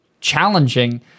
challenging